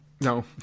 No